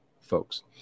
folks